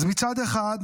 אז מצד אחד,